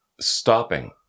stopping